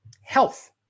health